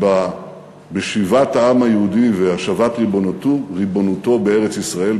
ליום שבשיבת העם היהודי והשבת ריבונותו בארץ-ישראל,